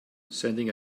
sending